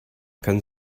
können